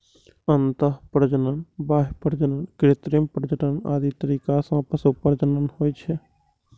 अंतः प्रजनन, बाह्य प्रजनन, कृत्रिम प्रजनन आदि तरीका सं पशु प्रजनन होइ छै